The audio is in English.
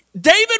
David